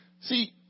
See